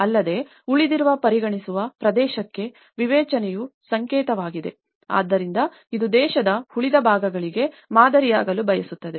ಅಲ್ಲದೆ ಉಳಿದವರು ಪರಿಗಣಿಸುವ ಪ್ರದೇಶಕ್ಕೆ ವಿಮೋಚನೆಯ ಸಂಕೇತವಾಗಿದೆ ಆದ್ದರಿಂದ ಇದು ದೇಶದ ಉಳಿದ ಭಾಗಗಳಿಗೆ ಮಾದರಿಯಾಗಲು ಬಯಸುತ್ತದೆ